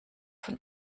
von